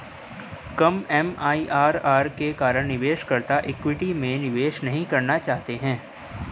कम MIRR के कारण निवेशकर्ता इक्विटी में निवेश नहीं करना चाहते हैं